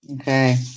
okay